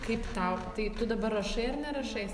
kaip tau tai tu dabar rašai ar nerašai